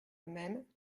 même